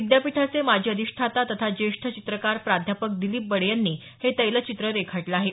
विद्यापीठाचे माजी अधिष्ठाता तथा ज्येष्ठ चित्रकार प्राध्यापक दिलीप बडे यांनी हे तैलचित्र रेखाटलं आहे